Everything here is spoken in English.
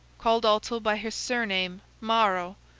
called also by his surname, maro,